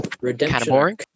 Redemption